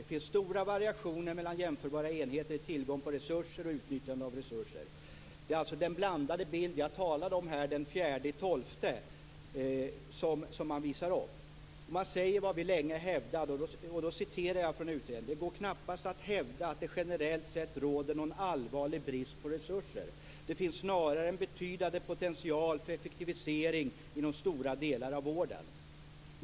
Det finns stora variationer mellan jämförbara enheter i tillgång på och utnyttjande av resurser. Det är alltså den blandade bild som jag talade om den 4 december som man visar upp. Man säger det vi länge har hävdat: Det går knappast att hävda att det generellt sett råder en allvarlig brist på resurser. Det finns snarare en betydande potential för effektivisering inom stora delar av vården.